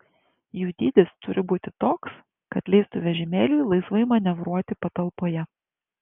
jų dydis turi būti toks kad leistų vežimėliui laisvai manevruoti patalpoje